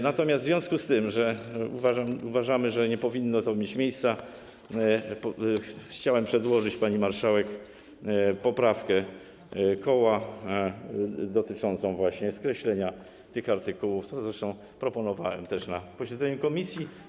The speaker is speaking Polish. Natomiast w związku z tym, że uważamy, że nie powinno to mieć miejsca, chciałem przedłożyć pani marszałek poprawkę koła dotyczącą właśnie skreślenia tych artykułów, co zresztą proponowałem też na posiedzeniu komisji.